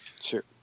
Sure